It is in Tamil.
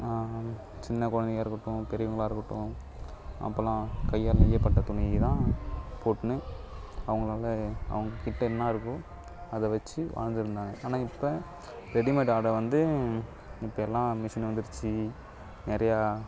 சின்ன குழந்தைங்க இருக்கட்டும் பெரியவங்களா இருக்கட்டும் அப்போல்லாம் கையால் நெய்யப்பட்ட துணிய தான் போட்ன்ணு அவங்களால அவங்கிட்ட என்ன இருக்கோ அதை வச்சி வாழ்ந்து இருந்தாங்க ஆனால் இப்போ ரெடிமேட் ஆடை வந்து இப்போ எல்லாம் மிஷின் வந்துருச்சு நிறையா